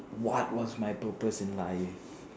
what was my purpose in life